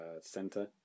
center